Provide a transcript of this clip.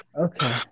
Okay